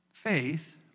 faith